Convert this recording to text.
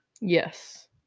Yes